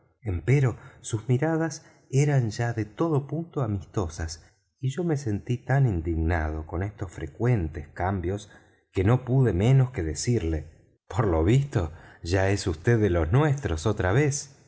acuerdo empero sus miradas eran ya de todo punto amistosas y yo me sentí tan indignado con estos frecuentes cambios que no pude menos que decirle por lo visto ya es vd de los nuestros otra vez